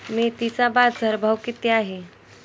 मेथीचा बाजारभाव किती आहे?